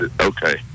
okay